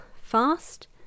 fast